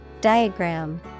Diagram